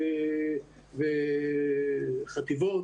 וחטיבות.